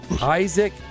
Isaac